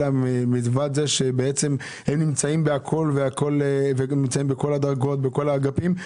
פרט לכך שהם נמצאים בכל הדרגות ובכל האגפים.